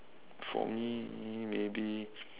for me maybe